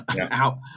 out